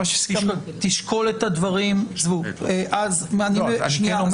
תשקול את הדברים --- אבל אני כן אומר